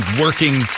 working